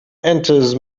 enters